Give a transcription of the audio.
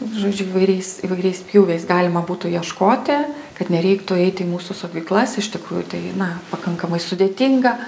žodžiu įvairiais įvairiais pjūviais galima būtų ieškoti kad nereiktų eiti į mūsų saugyklas iš tikrųjų tai na pakankamai sudėtinga